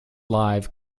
live